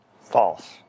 False